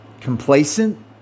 complacent